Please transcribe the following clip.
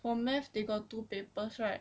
for math they got two papers right